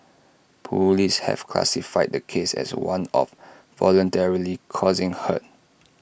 Police have classified the case as one of voluntarily causing hurt